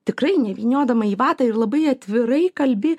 tikrai nevyniodama į vatą ir labai atvirai kalbi